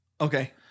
Okay